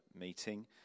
meeting